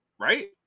Right